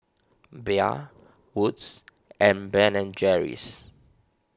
Bia Wood's and Ben and Jerry's